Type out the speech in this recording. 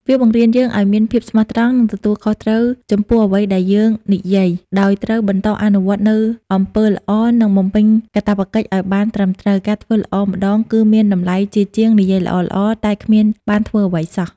វាបង្រៀនយើងឱ្យមានភាពស្មោះត្រង់ និងទទួលខុសត្រូវចំពោះអ្វីដែលយើងនិយាយ ដោយត្រូវបន្តអនុវត្តនូវអំពើល្អ និងបំពេញកាតព្វកិច្ចឱ្យបានត្រឹមត្រូវ។ ការធ្វើល្អម្តងគឺមានតម្លៃជាងការនិយាយល្អៗតែគ្មានបានធ្វើអ្វីសោះ។